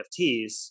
NFTs